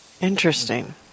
Interesting